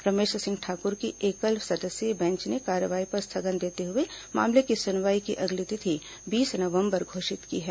रमेश सिंह ठाकुर की एकल सदस्यीय बेंच ने कार्यवाही पर स्थगन देते हुए मामले की सुनवाई की अगली तिथि बीस नवंबर घोषित की है